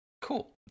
Cool